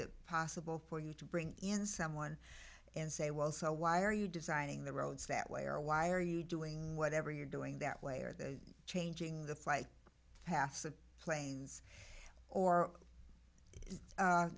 it possible for you to bring in someone and say well so why are you designing the roads that way or why are you doing whatever you're doing that way are they changing the flight paths of planes or